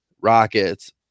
Rockets